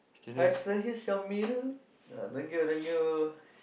hi sir here's your meal ah thank you thank you